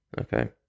Okay